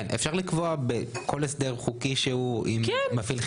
אפשר לקבוע בכל הסדר חוקי שהוא אם הוא מפעיל חניון.